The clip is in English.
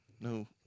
no